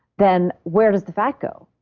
then where does the fat go?